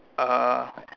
uh